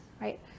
right